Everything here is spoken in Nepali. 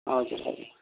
हजुर हजुर